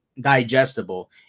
digestible